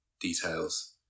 details